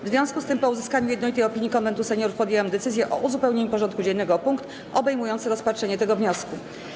W związku z tym, po uzyskaniu jednolitej opinii Konwentu Seniorów, podjęłam decyzję o uzupełnieniu porządku dziennego o punkt obejmujący rozpatrzenie tego wniosku.